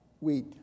wheat